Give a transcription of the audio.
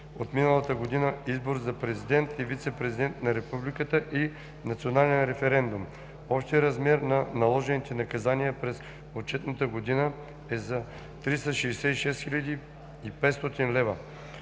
отминалата година избор за президент и вицепрезидент на Републиката и национален референдум. Общият размер на наложените наказания през отчетната година е за 366 500 лева.